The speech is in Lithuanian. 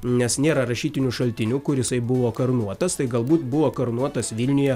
nes nėra rašytinių šaltinių kur jisai buvo karūnuotas tai galbūt buvo karūnuotas vilniuje